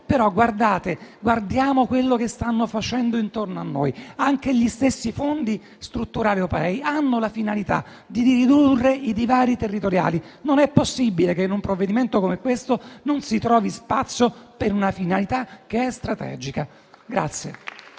riformulazione. Guardiamo quello che stanno facendo intorno a noi: anche gli stessi fondi strutturali europei hanno la finalità di ridurre i divari territoriali. Non è possibile che in un provvedimento come quello al nostro esame non si trovi spazio per una finalità strategica.